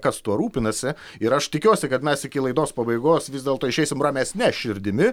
kas tuo rūpinasi ir aš tikiuosi kad mes iki laidos pabaigos vis dėlto išeisim ramesne širdimi